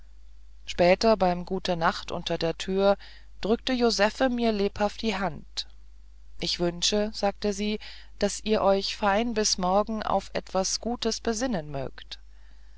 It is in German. später beim gute nacht unter der tür drückte josephe mir lebhaft die hand ich wünsche sagte sie daß ihr euch fein bis morgen auf etwas guts besinnen mögt